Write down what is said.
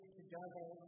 together